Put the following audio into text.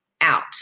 out